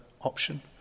option